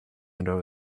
under